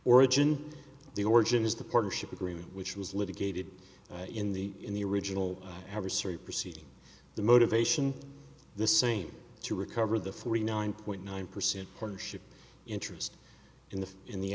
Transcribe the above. origin the origin is the partnership agreement which was litigated in the in the original adversary proceeding the motivation the same to recover the forty nine point nine percent partnership interest in the in the